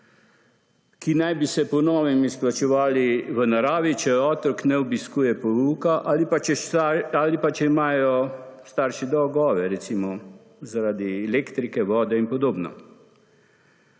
ki naj bi se po novem izplačevali v naravi, če otrok ne obiskuje pouka ali pa če imajo starši dolgove zaradi elektrike, vode in podobno.